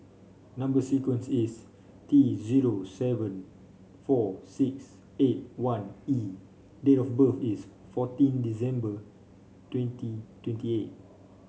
number sequence is T zero seven four six eight one E date of birth is fourteen December twenty twenty eight